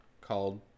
called